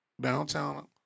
downtown